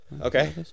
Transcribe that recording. Okay